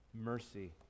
mercy